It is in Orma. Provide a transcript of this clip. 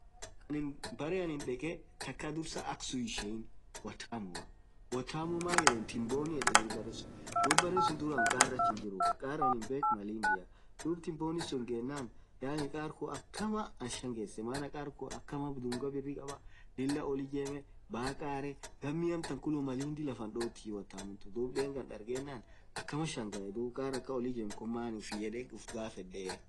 annin barre aniin dekee takka dursaa akksun hiishein wataamua, mayeden timbonii edeeni karsuun .kaar anin beekh malindia duraan karr ach hinjiruu, duub deenkaan dargeenan kamii shangaee kaar kuun ollijemee baa karee duunga kabaa duub kaar akan oll ijem kuun maan edee ufgafedee?